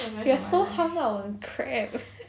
you're so hung up on crab